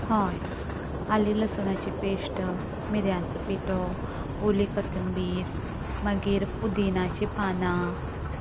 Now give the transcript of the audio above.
हय आले लसुणाची पेस्ट मिरयाचो पिटो ओली कोतंबीर मागीर पुदिनाची पानां